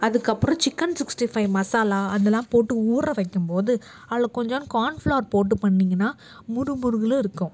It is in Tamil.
அதுக்கப்புறம் சிக்கன் சிக்ஸ்டி ஃபைவ் மசாலா அதெல்லாம் போட்டு ஊற வைக்கும்போது அதில் கொஞ்சோண்டு கான் ஃப்ளார் போட்டுப் பண்ணீங்கனால் முறுமுறுகளும் இருக்கும்